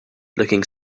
looking